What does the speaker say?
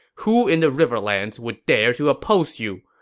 who in the riverlands would dare to oppose you?